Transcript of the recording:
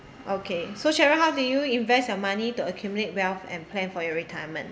okay so cheryl how do you invest your money to accumulate wealth and plan for your retirement